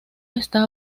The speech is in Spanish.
está